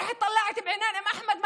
אתמול הסתכלתי בעיניים של